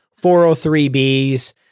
403Bs